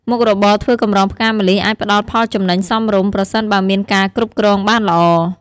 មុខរបរធ្វើកម្រងផ្កាម្លិះអាចផ្ដល់ផលចំណេញសមរម្យ ប្រសិនបើមានការគ្រប់គ្រងបានល្អ។